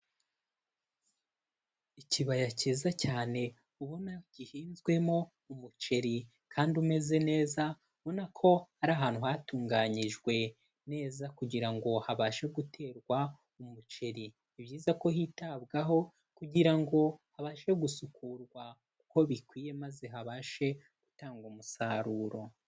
Ikibaya cyiza cyane ubona gihinzwemo umuceri kandi umeze neza, ubona ko ari ahantu hatunganyijwe neza kugira ngo habashe guterwa umuceri, ni byiza ko hitabwaho kugira ngo habashe gusukurwa uko bikwiye maze habashe gutanga umusaruro.